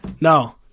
No